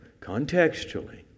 contextually